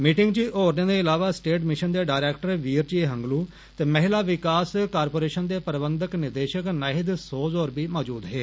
meeting च होरने दे इलावा स्टेट मिश्न दे डायरेक्टर वीर जी हंगलू ते महिला विकास कारपोरेशन दे प्रबंधक निदेश्क नाहिद सोज़ होर बी मौजूद हे